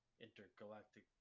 intergalactic